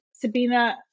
Sabina